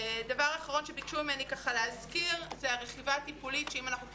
דבר אחרון שביקשו ממני להזכיר זה הרכיבה הטיפולית שאם אנחנו כבר